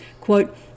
quote